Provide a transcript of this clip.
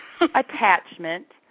attachment